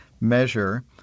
measure